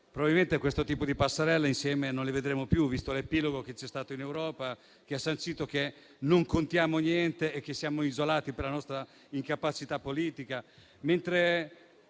probabilmente questo tipo di passerella insieme non la vedremo più, visto l'epilogo che c'è stato in Europa che ha sancito che non contiamo niente e che siamo isolati per la nostra incapacità politica.